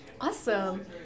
Awesome